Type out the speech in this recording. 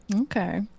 Okay